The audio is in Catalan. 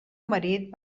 marit